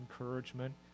encouragement